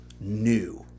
new